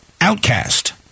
outcast